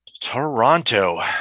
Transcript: Toronto